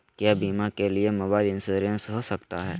क्या बीमा के लिए मोबाइल इंश्योरेंस हो सकता है?